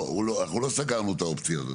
לא סגרנו את האופציה הזאת.